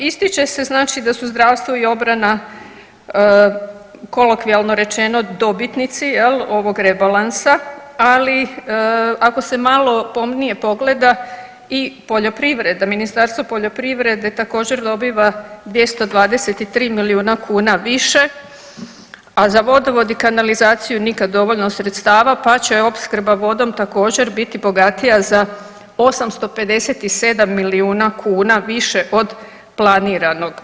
Ističe se znači da su zdravstvo i obrana kolokvijalno rečeno dobitnici jel ovog rebalansa, ali ako se malo pomnije pogleda i poljoprivreda, Ministarstvo poljoprivrede također dobiva 223 milijuna kuna više, a za vodovod i kanalizaciju nikad dovoljno sredstava, pa će opskrba vodom također biti bogatija za 857 milijuna kuna više od planiranog.